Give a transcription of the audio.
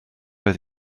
oedd